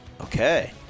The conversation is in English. Okay